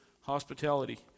hospitality